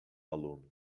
aluno